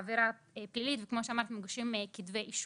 ברור לי שהמדינה בהתנהלות שלה מול העבריינות הפלילית וגם הלאומנית,